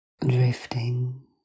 drifting